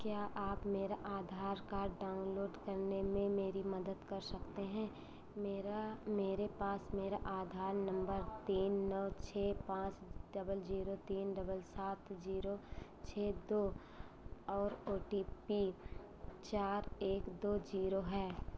क्या आप मेरा आधार कार्ड डाउनलोड करने में मेरी मदद कर सकते हैं मेरा मेरे पास मेरा आधार नम्बर तीन नौ छः पाँच डबल जीरो तीन डबल सात छः दो और ओ टी पी चार एक दो जीरो है